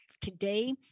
Today